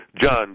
John